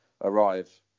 arrive